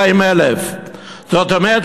252,000. זאת אומרת,